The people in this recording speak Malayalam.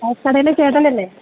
ചായക്കടയിലെ ചേട്ടനല്ലേ